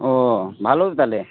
ও ভালো তো তাহলে